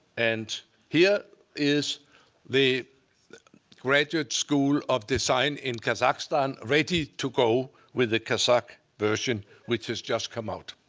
and here is the graduate school of design in kazakhstan ready to go with the kazakh version, which has just come out.